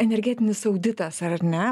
energetinis auditas ar ne